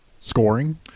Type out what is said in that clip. scoring